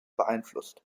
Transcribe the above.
beeinflusst